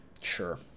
Sure